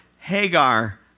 Hagar